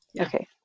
Okay